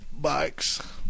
bikes